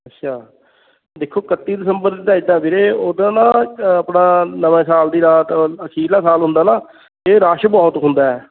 ਅੱਛਾ ਦੇਖੋ ਕੱਤੀ ਦਸੰਬਰ ਦੀ ਤਾਂ ਇੱਦਾਂ ਵੀਰੇ ਉਹਦਾ ਨਾ ਆਪਣਾ ਨਵਾਂ ਸਾਲ ਦੀ ਰਾਤ ਅਖੀਰਲਾ ਸਾਲ ਹੁੰਦਾ ਨਾ ਅਤੇ ਰਸ਼ ਬਹੁਤ ਹੁੰਦਾ